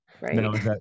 right